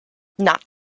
not